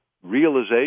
realization